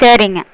சரிங்க